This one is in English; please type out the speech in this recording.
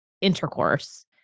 intercourse